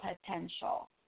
potential